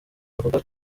bavuga